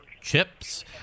chips